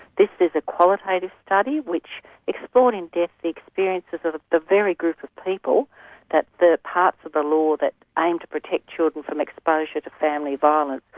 this is a qualitative study which explored in depth the experiences of a varied group of people that the parts of the law that aim to protect children from exposure to family violence,